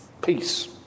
Peace